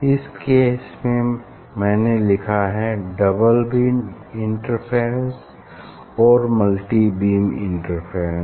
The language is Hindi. इस केस में मैंने लिखा है डबल बीम इंटरफेरेंस और मल्टी बीम इंटरफेरेंस